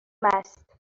است